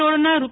રોડના રૂ